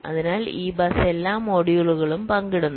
അതിനാൽ ഈ ബസ് എല്ലാ മൊഡ്യൂളുകളും പങ്കിടുന്നു